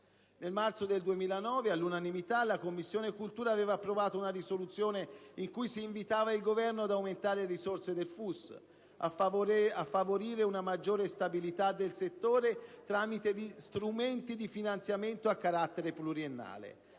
Nel marzo 2009 all'unanimità la 7a Commissione aveva approvato una risoluzione in cui si invitava il Governo ad aumentare le risorse del FUS, a favorire una maggiore stabilità del settore tramite gli strumenti di finanziamento a carattere pluriennale,